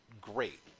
great